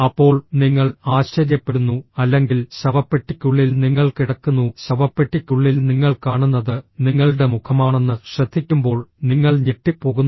അപ്പോൾ നിങ്ങൾ ആശ്ചര്യപ്പെടുന്നു അല്ലെങ്കിൽ ശവപ്പെട്ടിക്കുള്ളിൽ നിങ്ങൾ കിടക്കുന്നു ശവപ്പെട്ടിക്കുള്ളിൽ നിങ്ങൾ കാണുന്നത് നിങ്ങളുടെ മുഖമാണെന്ന് ശ്രദ്ധിക്കുമ്പോൾ നിങ്ങൾ ഞെട്ടിപ്പോകുന്നു